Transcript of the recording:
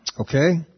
okay